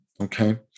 Okay